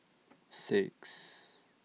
six